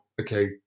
okay